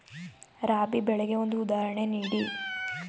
ರಾಬಿ ಬೆಳೆಗೆ ಒಂದು ಉದಾಹರಣೆ ನೀಡಿ